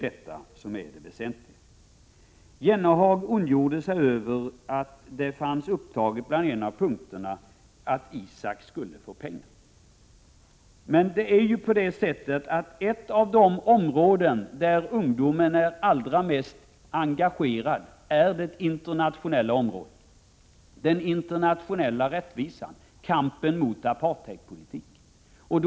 Detta är det väsentliga. Sedan ondgjorde sig Jennehag över att ISAK enligt en av punkterna skulle få pengar. Men ett av de områden där ungdomen är allra mest engagerad är det internationella — den internationella rättvisan och kampen mot apartheidpolitiken.